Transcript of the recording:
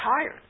tired